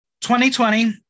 2020